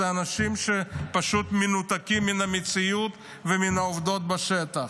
אלה אנשים שפשוט מנותקים מן המציאות ומן העובדות בשטח.